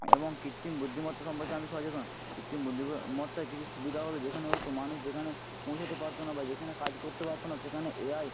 এবং কৃত্রিম বুদ্ধিমত্তা সম্পর্কে আমি সচেতন কৃত্রিম বুদ্ধিমত্তায় কিছু সুবিধা হলো যেখানে হয়তো মানুষ যেখানে পৌঁছোতে পারতো না বা যেখানে কাজ করতে পারতো না সেখানে এ আই